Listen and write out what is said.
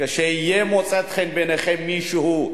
כשימצא חן בעיניכם מישהו,